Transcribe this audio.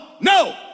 no